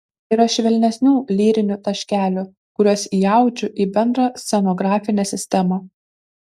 yra švelnesnių lyrinių taškelių kuriuos įaudžiu į bendrą scenografinę sistemą